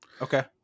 Okay